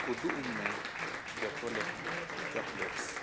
ᱩᱫᱩᱜ ᱟᱹᱧᱢᱮ ᱡᱚᱛᱚ ᱞᱮᱠᱟᱱ ᱪᱚᱠᱞᱮᱴᱥ